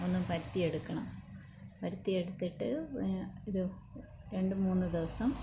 ഒന്ന് പരത്തിയെടുക്കണം പരത്തിയെടുത്തിട്ട് ഒരു രണ്ട് മൂന്ന് ദിവസം